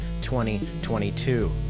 2022